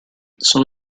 sono